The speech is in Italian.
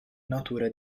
natura